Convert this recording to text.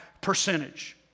percentage